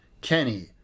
Kenny